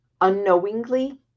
unknowingly